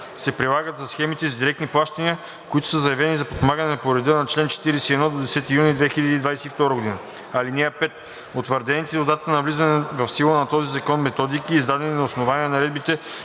се прилагат за схемите за директни плащания, които са заявени за подпомагане по реда на чл. 41 до 10 юни 2022 г. (5) Утвърдените до датата на влизането в сила на този закон методики, издадени на основание наредбите